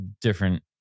different